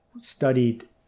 studied